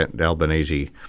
Albanese